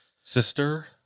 Sister